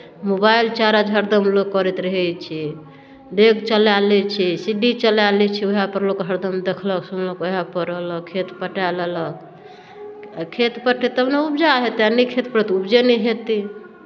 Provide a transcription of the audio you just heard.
mobile charge हरदम लोक करैत रहै छै डेक चलाए लैत छै सी डी चलाए लैत छै उएहपर लोक हरदम देखलक सुनलक उएहपर रहलक खेत पटाए लेलक खेत पटतै तब ने उपजा हेतै नहि खेतपर तऽ उपजे नहि हेतै